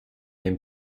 dem